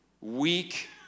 weak